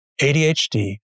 ADHD